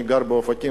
אני גר באופקים,